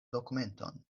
dokumenton